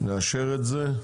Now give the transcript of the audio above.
נאשר את זה.